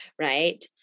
Right